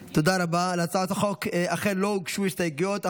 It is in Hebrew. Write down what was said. להצעת החוק אכן לא הוגשו הסתייגויות,